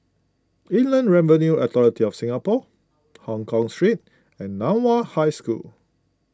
Inland Revenue Authority of Singapore Hongkong Street and Nan Hua High School